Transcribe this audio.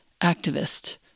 activist